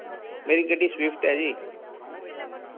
मेरी गड्डी स्विफ्ट ऐ जी